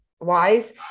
wise